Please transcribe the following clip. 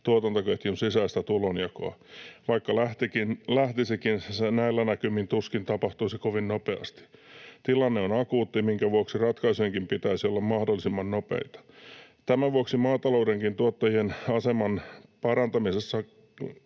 tuotantoketjun sisäistä tulonjakoa. Vaikka lähtisikin, se näillä näkymin tuskin tapahtuisi kovin nopeasti. Tilanne on akuutti, minkä vuoksi ratkaisujenkin pitäisi olla mahdollisimman nopeita. Tämän vuoksi maataloudenkin tuottajien aseman parantamisessa